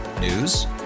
News